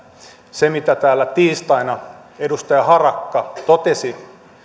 se mitä täällä tiistaina edustaja harakka totesi